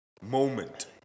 moment